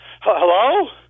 Hello